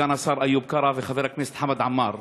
סגן השר איוב קרא וחבר הכנסת חמד עמאר.